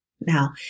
Now